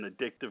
addictive